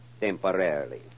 temporarily